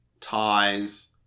ties